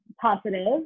positive